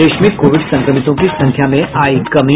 प्रदेश में कोविड संक्रमितों की संख्या में आयी कमी